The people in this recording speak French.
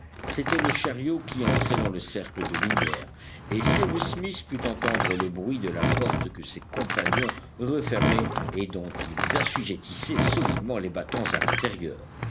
c'était le chariot qui entrait dans le cercle de lumière et cyrus smith put entendre le bruit de la porte que ses compagnons refermaient et dont ils assujettissaient solidement les battants à l'intérieur